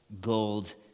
gold